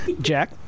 Jack